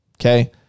Okay